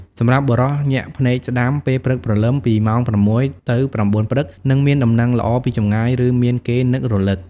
សម្រាប់ បុរស ញាក់ភ្នែកស្តាំពេលព្រឹកព្រលឹម ពីម៉ោង ៦ ទៅ ៩ ព្រឹក នឹងមានដំណឹងល្អពីចម្ងាយ ឬមានគេនឹករឭក។